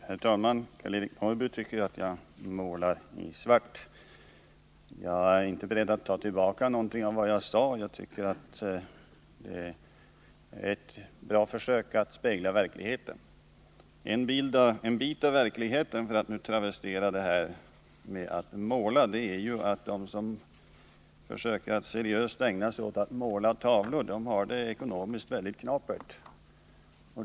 Herr talman! Karl-Eric Norrby tycker att jag målar i svart. Jag är inte beredd att ta tillbaka någonting av vad jag sade — jag tycker att det var ett bra försök att spegla verkligheten. En bit av verkligheten — för att nu anspela på detta med att måla — är att de som seriöst ägnar sig åt att måla tavlor har det ekonomiskt väldigt knapert.